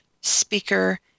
speaker